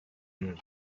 moon